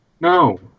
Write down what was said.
No